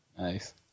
Nice